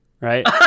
right